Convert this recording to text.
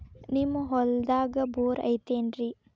ನಿಮ್ಮ ಹೊಲ್ದಾಗ ಬೋರ್ ಐತೇನ್ರಿ?